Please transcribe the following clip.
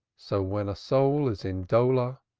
so when a soul is in dolor,